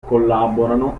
collaborano